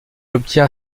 obtient